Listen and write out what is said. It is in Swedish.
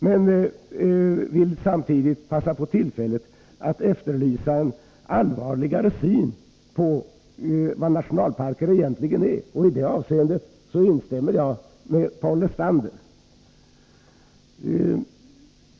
Men jag vill samtidigt passa på tillfället att efterlysa en allvarligare syn på vad nationalparker egentligen är. I det avseendet instämmer jag med Paul Lestander.